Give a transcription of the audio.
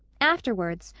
afterwards,